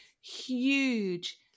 huge